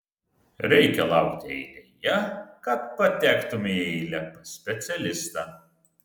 reikia laukti eilėje kad patektumei į eilę pas specialistą